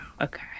Okay